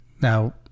Now